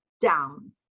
down